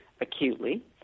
acutely